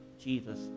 Jesus